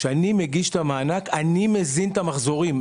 אני מזין את המחזורים.